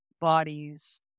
bodies